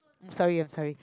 sorry I'm sorry